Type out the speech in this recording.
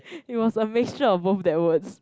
it was a mixture of both that words